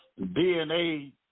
DNA